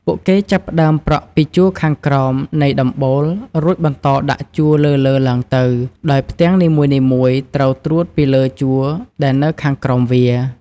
ពួកគេចាប់ផ្ដើមប្រក់ពីជួរខាងក្រោមនៃដំបូល រួចបន្តដាក់ជួរលើៗឡើងទៅ ដោយផ្ទាំងនីមួយៗត្រូវត្រួតពីលើជួរដែលនៅខាងក្រោមវា។